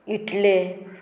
इतले